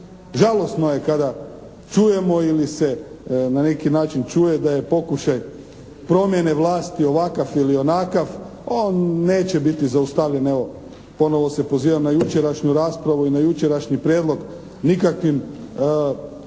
Žalosno je kada čujemo ili se na neki način čuje da je pokušaj promjene vlasti ovakav ili onakav, on neće biti zaustavljen evo ponovo se pozivam na jučerašnju raspravu i na jučerašnji prijedlog, nikakvim